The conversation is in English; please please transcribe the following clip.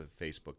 Facebook